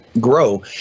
grow